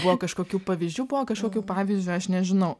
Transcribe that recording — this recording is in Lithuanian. buvo kažkokių pavyzdžių buvo kažkokių pavyzdžiui aš nežinau